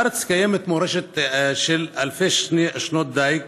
בארץ קיימת מורשת של אלפי שנות דיג,